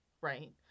right